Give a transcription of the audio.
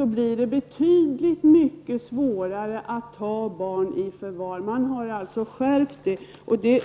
blir det betydligt svårare att ta barn i förvar. Det har alltså åstadkommits en skärpning i det avseendet.